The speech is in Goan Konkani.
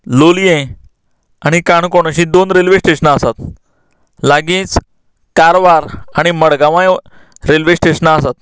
लोलयें आनी काणकोण अशीं दोन रेल्वे स्टेशनां आसात लागींच कारवार आनी मडगांवाय रेल्वे स्टेशनां आसात